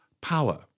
power